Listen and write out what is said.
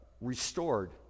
restored